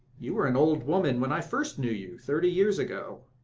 you were an old woman when i first knew you, thirty years ago.